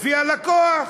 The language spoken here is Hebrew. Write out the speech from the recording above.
לפי הלקוח.